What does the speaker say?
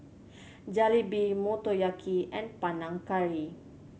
Jalebi Motoyaki and Panang Curry